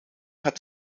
hat